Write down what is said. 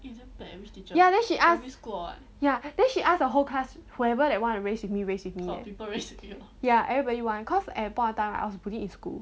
ya then she ask ya then she ask the whole class whoever that want to race with me race with me eh ya everybody want cause at that point of time I was bullied in school